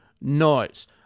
noise